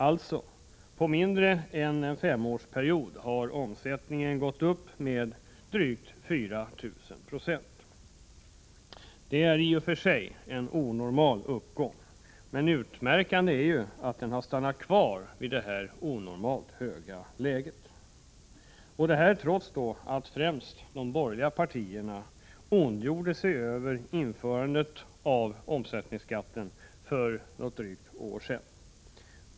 Alltså på mindre än en femårsperiod har omsättningen gått upp med drygt 4 000 96. Det är i och för sig en onormal uppgång, men utmärkande är ju att omsättningen stannat kvar vid detta onormalt höga läge, trots att främst de borgerliga partierna ondgjorde sig över införandet av omsättningsskatten för några år sedan.